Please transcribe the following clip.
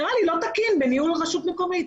נראה לי לא תקין בניהול רשות מקומית.